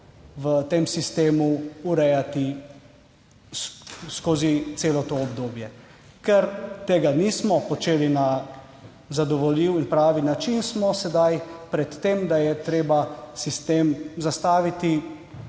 v tem sistemu urejati skozi celo to obdobje. Ker tega nismo počeli na zadovoljiv in pravi način, smo sedaj pred tem, da je treba sistem zastaviti